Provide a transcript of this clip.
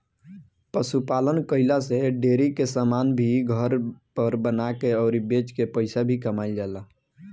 पशु पालन कईला से डेरी के समान भी घर पर बना के अउरी बेच के पईसा भी कमाईल जाला